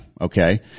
okay